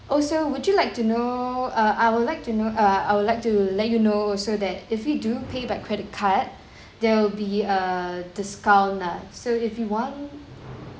also would you like to know uh I would like to know err I will like to let you know also that if you do pay by credit card there will be a discount lah so if you want